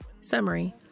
Summary